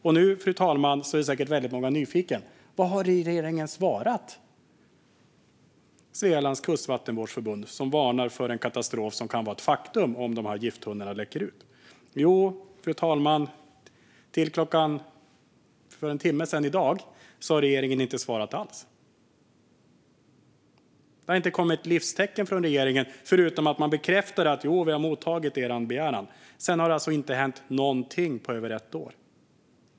Nu, fru talman, är säkert väldigt många nyfikna på vad regeringen har svarat Svealands Kustvattenvårdsförbund, som varnar för en katastrof som kan vara ett faktum om dessa gifttunnor börjar läcka. Jo, fru talman, åtminstone fram till för en timme sedan hade regeringen inte svarat alls. Det har inte kommit ett livstecken från regeringen, förutom att man bekräftar att man har mottagit begäran. Sedan har det inte hänt någonting på över ett år.